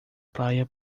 praia